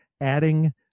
Adding